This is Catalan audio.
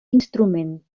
instrument